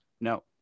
no